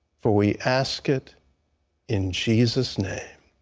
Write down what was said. for we ask it in jesus' name.